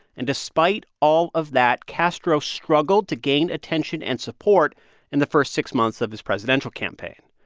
and despite all of that, castro struggled to gain attention and support in the first six months of his presidential campaign.